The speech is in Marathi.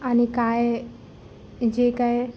आणि काय जे काय